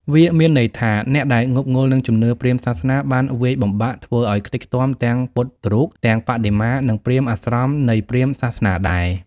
វាមានន័យថាអ្នកដែលងប់ងល់នឹងជំនឿព្រាហ្មណ៍សាសនាបានវាយបំបាក់ធ្វើឱ្យខ្ទេចខ្ទាំទាំងពុទ្ធរូប ទាំងបដិមា និងព្រាហ្មណ៍អាស្រមនៃព្រាហ្មណ៍សាសនាដែរ។។